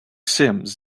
sims